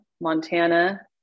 Montana